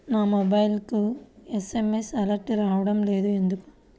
నా మొబైల్కు SMS alerts రావడం లేదు ఎందుకు?